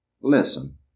Listen